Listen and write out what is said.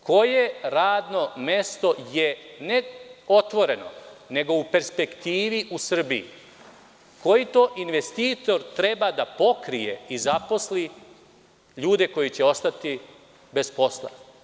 Koje radno mesto je, ne otvoreno, nego u perspektivi u Srbiji, koji to investitor treba da pokrije i zaposli ljude koji će ostati bez posla?